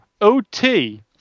OT